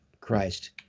Christ